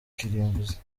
kirimbuzi